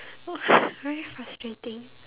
very frustrating